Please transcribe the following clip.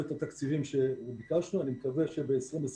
את התקציבים שביקשנו ואני מקווה שב-2021